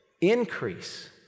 Increase